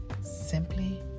simply